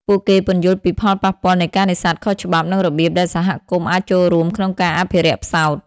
ពួកគេពន្យល់ពីផលប៉ះពាល់នៃការនេសាទខុសច្បាប់ និងរបៀបដែលសហគមន៍អាចចូលរួមក្នុងការអភិរក្សផ្សោត។